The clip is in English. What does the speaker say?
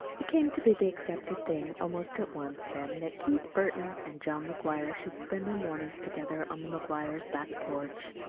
it came to be the accepted thing almost at once, then, that keith burton and john mcguire should spend their mornings together on the mcguires' back porch.